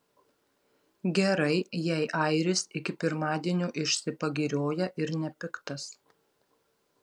gerai jei airis iki pirmadienio išsipagirioja ir nepiktas